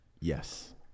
yes